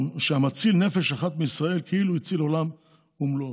שהמציל נפש אחת בישראל כאילו הציל עולם ומלואו.